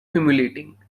humiliating